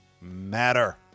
matter